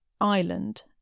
island